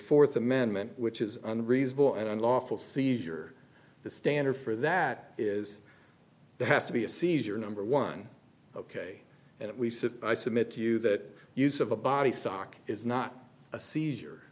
fourth amendment which is unreasonable and unlawful seizure the standard for that is there has to be a seizure number one ok and we said i submit to you that use of a body sock is not a seizure